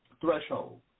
threshold